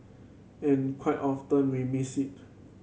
and quite often we missed it